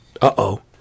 Uh-oh